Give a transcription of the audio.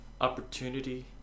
opportunity